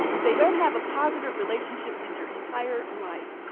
they don't have a positive relationship in their entire life.